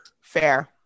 Fair